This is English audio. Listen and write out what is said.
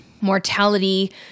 mortality